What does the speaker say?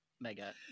mega